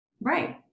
Right